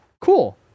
cool